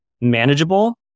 manageable